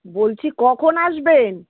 বলছি কখন আসবেন